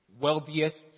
wealthiest